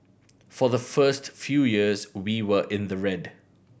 for the first few years we were in the red